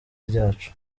ryacu